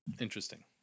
Interesting